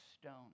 stone